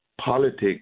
Politics